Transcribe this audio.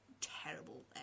terrible